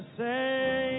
say